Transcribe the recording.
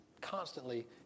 Constantly